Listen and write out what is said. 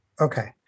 okay